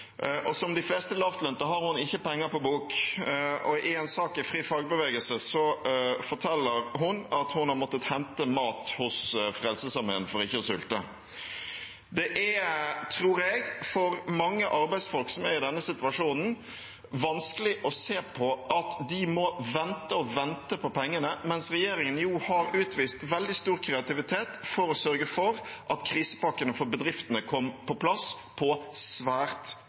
og som de fleste lavtlønte har hun ikke penger på bok. I en sak i FriFagbevegelse forteller hun at hun har måttet hente mat hos Frelsesarmeen for ikke å sulte. Jeg tror det for mange arbeidsfolk som er i denne situasjonen, er vanskelig å se på at de må vente og vente på pengene mens regjeringen jo har utvist veldig stor kreativitet for å sørge for at krisepakkene for bedriftene kom på plass på svært